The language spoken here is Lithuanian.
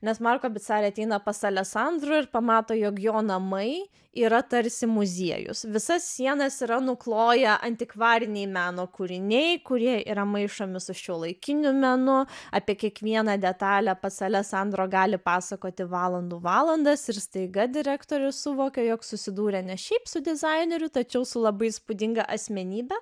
nes marko bicari ateina pas aleksandrą ir pamato jog jo namai yra tarsi muziejus visas sienas yra nukloję antikvariniai meno kūriniai kurie yra maišomi su šiuolaikiniu menu apie kiekvieną detalę ptas alesandro gali pasakoti valandų valandas ir staiga direktorius suvokė jog susidūrė ne šiaip su dizaineriu tačiau su labai įspūdinga asmenybe